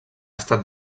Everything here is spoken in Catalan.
estat